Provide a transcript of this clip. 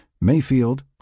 Mayfield